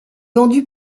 vendu